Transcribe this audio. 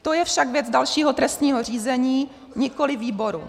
To je však věc dalšího trestního řízení, nikoliv výboru.